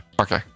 Okay